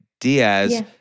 Diaz